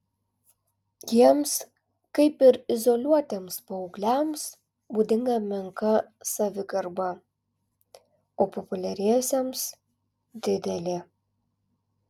jiems kaip ir izoliuotiems paaugliams būdinga menka savigarba o populiariesiems didelė